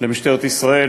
למשטרת ישראל,